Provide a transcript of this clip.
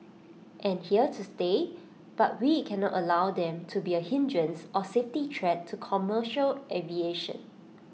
and here to stay but we cannot allow them to be A hindrance or safety threat to commercial aviation